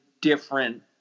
different